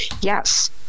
Yes